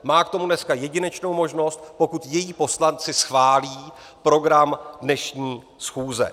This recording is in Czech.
Má k tomu dneska jedinečnou možnost, pokud její poslanci schválí program dnešní schůze.